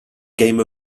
game